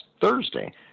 Thursday